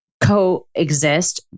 coexist